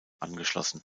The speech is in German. angeschlossen